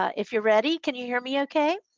if you're ready can you hear me okay?